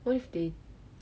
what if they